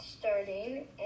starting